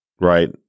Right